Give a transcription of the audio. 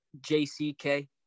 JCK